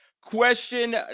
Question